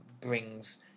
brings